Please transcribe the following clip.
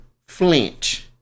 flinch